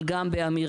אבל גם באמירה